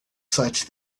such